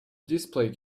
display